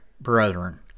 brethren